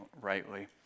rightly